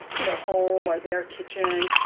you know, home or their kitchen.